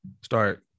start